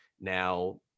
Now